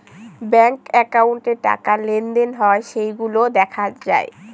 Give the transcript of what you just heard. bank একাউন্টে টাকা লেনদেন হয় সেইগুলা দেখা যায়